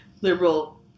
liberal